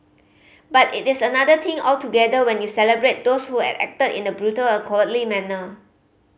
but it is another thing altogether when you celebrate those who had acted in the brutal a cowardly manner